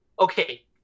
okay